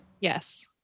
Yes